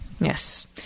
Yes